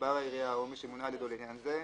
גזבר העירייה או מי שמונה על ידו לעניין זה,